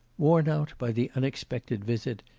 worn out by the unexpected visit,